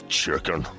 chicken